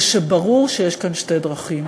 זה שברור שיש כאן שתי דרכים.